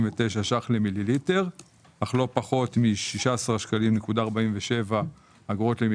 למיליליטר אך לא פחות מ-16.47 שקלים למיליליטר.